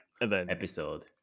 episode